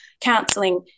counseling